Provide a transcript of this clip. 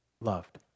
loved